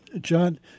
John